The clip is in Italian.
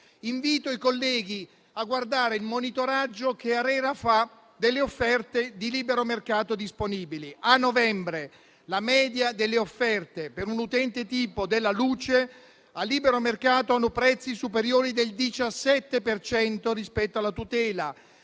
Invito i colleghi a guardare il monitoraggio che ARERA fa delle offerte di libero mercato disponibili: a novembre la media delle offerte per un utente tipo della luce a libero mercato ha prezzi superiori del 17 per cento rispetto alla tutela.